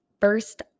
first